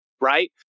right